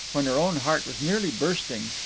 when her own heart was nearly bursting,